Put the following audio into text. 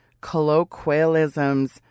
Colloquialisms